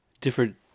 different